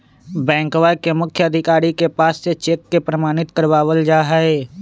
बैंकवा के मुख्य अधिकारी के पास से चेक के प्रमाणित करवावल जाहई